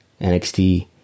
NXT